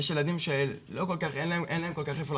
אבל יש ילדים שאין להם כל כך איפה לחזור,